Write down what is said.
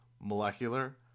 molecular